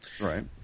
Right